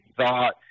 thought